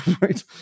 right